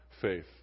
faith